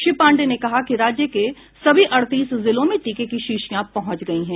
श्री पांडेय ने कहा कि राज्य के सभी अड़तीस जिलों में टीके की शीशियां पहुंच गई हैं